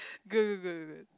good good good good good